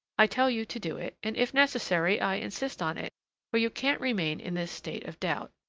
i tell you to do it, and, if necessary, i insist on it for you can't remain in this state of doubt.